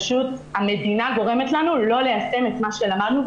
והמדינה גורמת לנו לא ליישם את מה שלמדנו,